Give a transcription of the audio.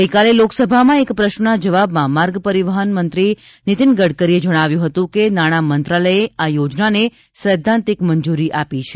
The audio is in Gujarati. ગઈકાલે લોકસભામાં એક પ્રશ્નના જવાબમાં માર્ગ પરિવહન નીતીન ગડકરીએ જણાવ્યું હતું કે નાણાં મંત્રાલયે આ યોજનાને સૈદ્ધાંતિક મંજુરી આપી છે